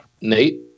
Nate